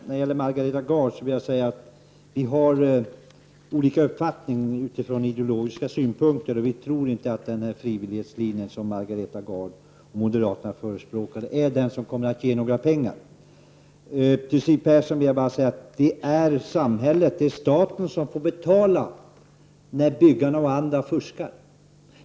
Herr talman! Margareta Gard och jag har olika uppfattning utifrån ideologiska utgångspunkter. Vi tror inte att den här frivillighetslinjen som Margareta Gard och moderaterna förespråkar kommer att ge några pengar. Till Siw Persson vill jag säga att det är staten som får betala när byggarna och andra fuskar.